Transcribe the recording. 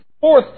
fourth